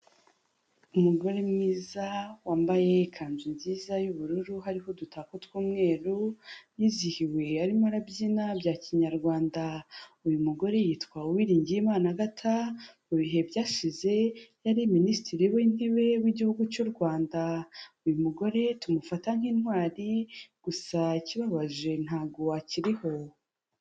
Umugore mwiza wambaye ikanzu nziza y'ubururu hariho udutako tw'umweru, yizihiwe arimo arabyina bya kinyarwanda, uyu mugore yitwa uwiringiyimana agata mu bihe byashize yari minisitiri w'intebe w'igihugu cy'u Rwanda; uyu mugore tumufata nk'intwari gusa ikibabaje ntabwo akiriho.